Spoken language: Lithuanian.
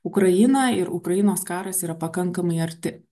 ukraina ir ukrainos karas yra pakankamai arti